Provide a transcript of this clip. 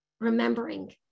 remembering